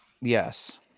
Yes